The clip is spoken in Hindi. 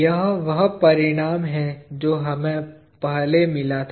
यह वह परिणाम है जो हमें पहले मिला था